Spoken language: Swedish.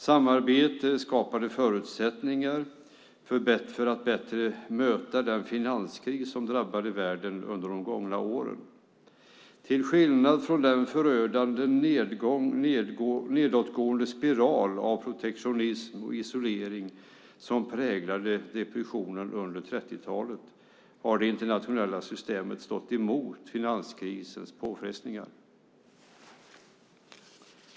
Samarbete skapade förutsättningar att bättre möta den finanskris som drabbade världen under de gångna åren. Till skillnad från den förödande nedåtgående spiral av protektionism och isolering som präglade depressionen under 1930-talet har det internationella systemet stått emot finanskrisens påfrestningar.